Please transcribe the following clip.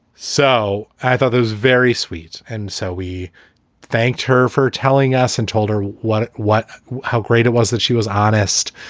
so i thought it was very sweet. and so we thanked her for telling us and told her what what how great it was that she was honest.